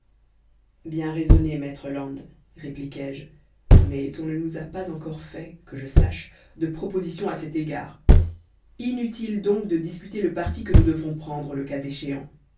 bien raisonné maître land répliquai-je mais on ne nous a pas encore fait que je sache de proposition à cet égard inutile donc de discuter le parti que nous devrons prendre le cas échéant